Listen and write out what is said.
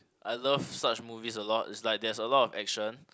I love such movies a lot it's like there's a lot of action